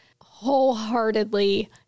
wholeheartedly